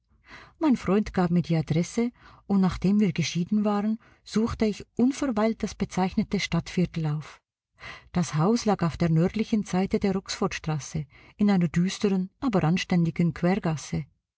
mein freund gab mir die adresse und nachdem wir geschieden waren suchte ich unverweilt das bezeichnete stadtviertel auf das haus lag auf der nördlichen seite der oxfordstraße in einer düsteren aber anständigen quergasse